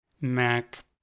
Mac